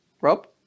Rob